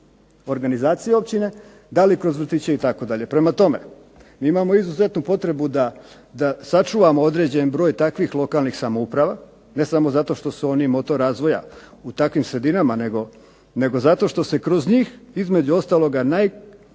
organizacije općine, da li kroz vrtiće itd. Prema tome, mi imamo izuzetnu potrebu da sačuvamo određen broj takvih lokalnih samouprava, ne samo zato što su oni moto razvoja u takvim sredinama nego zato što se kroz njih, između ostaloga, najkompletnije